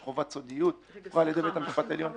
חובת סודיות --- על ידי בית המשפט העליון.